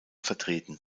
vertreten